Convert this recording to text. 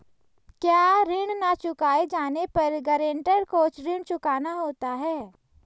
क्या ऋण न चुकाए जाने पर गरेंटर को ऋण चुकाना होता है?